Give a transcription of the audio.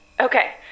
Okay